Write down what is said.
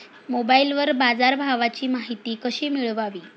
मोबाइलवर बाजारभावाची माहिती कशी मिळवावी?